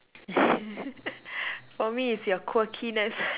for me is your quirkiness